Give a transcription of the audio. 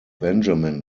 benjamin